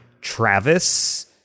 Travis